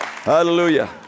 Hallelujah